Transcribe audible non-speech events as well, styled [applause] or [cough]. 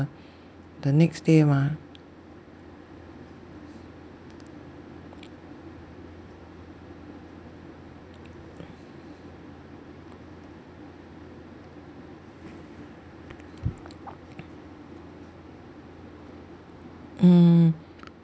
the next day mah [noise] mm